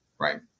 right